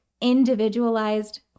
individualized